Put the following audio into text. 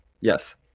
Yes